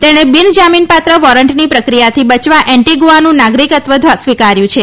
તેણે બીનજામીન પાત્ર વોરંટની પ્રક્રિયાથી બચવા એન્ટીગુઆનું નાગરિકત્વ સ્વિકાર્યું છે